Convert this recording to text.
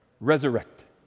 resurrected